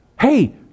Hey